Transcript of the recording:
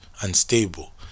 unstable